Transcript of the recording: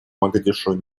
могадишо